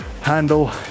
handle